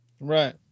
right